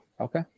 Okay